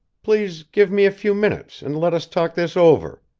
please give me a few minutes, and let us talk this over.